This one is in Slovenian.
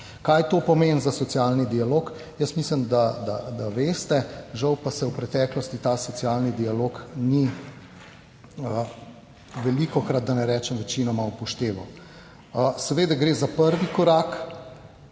Kaj to pomeni za socialni dialog? Jaz mislim, da veste. Žal pa se v preteklosti ta socialni dialog ni velikokrat, da ne rečem večinoma, upošteval. Seveda gre za prvi korak,